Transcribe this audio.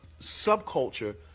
subculture